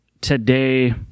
today